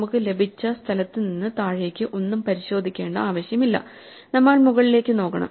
നമുക്ക് ലഭിച്ച സ്ഥലത്ത് നിന്ന് താഴേക്കു ഒന്നും പരിശോധിക്കേണ്ട ആവശ്യമില്ല നമ്മൾ മുകളിലേക്ക് നോക്കണം